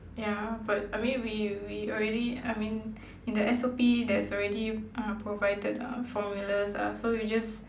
ya but I mean we we already I mean in the S_O_P there's already uh provided uh formulas ah so we just